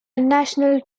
national